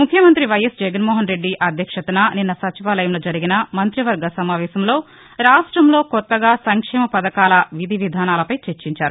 ముఖ్యమంత్రి వైఎస్ జగన్మోహన్ రెడ్డి అధ్యక్షతన నిన్న సచివాలయంలో జరిగిన మంత్రివర్గ సమావేశంలో రాష్టంలో కొత్త సంక్షేమ పథకాల విధివిధానాలపై చర్చించారు